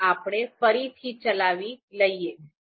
ચાલો આપણે ફરીથી ચલાવી લઈએ